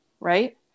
Right